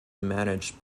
managed